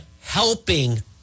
helping